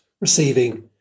receiving